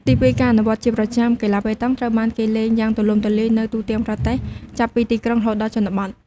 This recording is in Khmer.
ទីពីរការអនុវត្តន៍ជាប្រចាំ កីឡាប៉េតង់ត្រូវបានគេលេងយ៉ាងទូលំទូលាយនៅទូទាំងប្រទេស ចាប់ពីទីក្រុងរហូតដល់ជនបទ។